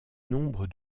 nombre